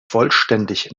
vollständig